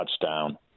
touchdown